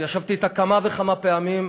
וישבתי אתה כמה וכמה פעמים,